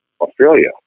Australia